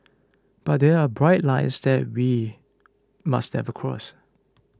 but there are bright lines that we must never cross